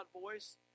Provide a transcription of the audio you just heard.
voice